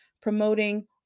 promoting